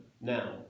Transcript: Now